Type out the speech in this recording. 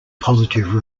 positive